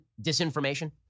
disinformation